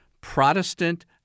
Protestant